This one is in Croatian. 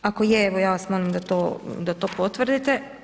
Ako je, evo ja vas molim da to potvrdite.